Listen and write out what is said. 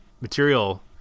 material